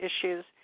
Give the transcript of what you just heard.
issues